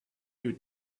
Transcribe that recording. you